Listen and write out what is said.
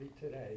today